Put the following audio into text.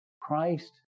Christ